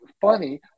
funny